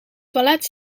toilet